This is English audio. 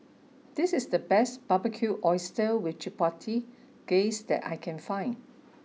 this is the best Barbecued Oysters with Chipotle Glaze that I can find